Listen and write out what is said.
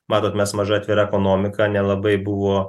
matot mes maža atvira ekonomika nelabai buvo